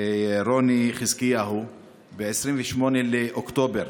רוני חזקיהו ב-28 באוקטובר,